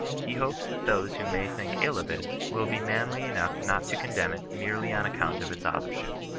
he hopes that those who may think ill of it will be manly enough not to condemn it merely on account of its authorship.